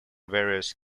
various